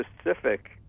specific